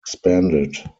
expanded